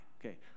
Okay